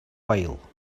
while